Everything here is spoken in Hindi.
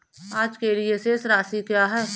आज के लिए शेष राशि क्या है?